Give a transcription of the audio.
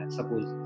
Suppose